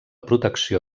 protecció